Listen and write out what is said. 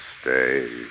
stay